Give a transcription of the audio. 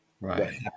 Right